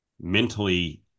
Mentally